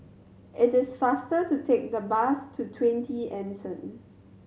it is faster to take the bus to Twenty Anson